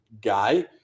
guy